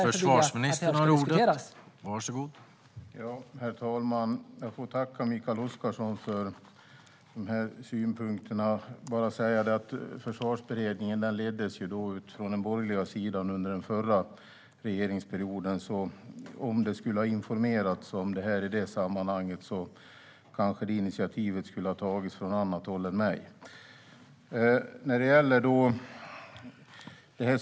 Herr talman! Jag får tacka Mikael Oscarsson för synpunkterna. Jag kan bara säga att Försvarsberedningen leddes utifrån den borgerliga sidan under den förra regeringsperioden. Om det skulle ha informerats om detta i det sammanhanget kanske initiativet skulle ha tagits från annat håll än mitt.